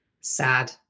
sad